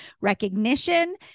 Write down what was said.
recognition